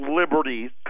Liberties